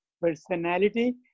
personality